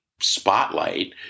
spotlight